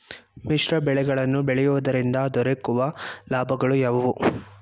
ಮಿಶ್ರ ಬೆಳೆಗಳನ್ನು ಬೆಳೆಯುವುದರಿಂದ ದೊರಕುವ ಲಾಭಗಳು ಯಾವುವು?